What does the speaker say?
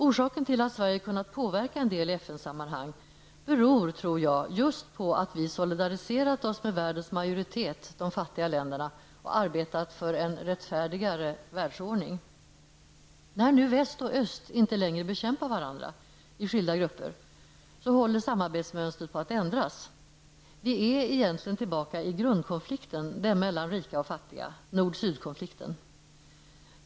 Orsaken till att Sverige kunnat påverka en del i FN-sammanhang beror, tror jag, just på att vi solidariserat oss med världens majoritet, de fattiga länderna, och arbetat för en rättfärdigare världsordning. När nu väst och öst inte längre bekämpar varandra i skilda grupper håller samarbetsmönstret på att ändras. Vi är egentligen tillbaka i grundkonflikten, den mellan rika och fattiga, nord--sydkonflikten.